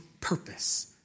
purpose